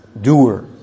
doer